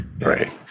Right